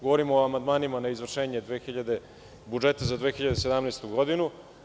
Govorim o amandmanima na izvršenje budžeta za 2017. godinu.